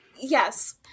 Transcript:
Yes